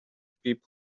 people